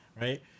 right